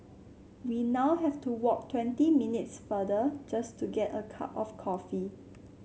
we now have to walk twenty minutes farther just to get a cup of coffee